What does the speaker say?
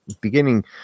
beginning